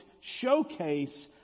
showcase